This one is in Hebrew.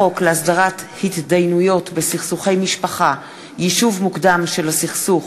הצעת חוק להסדרת התדיינויות בסכסוכי משפחה (יישוב מוקדם של הסכסוך),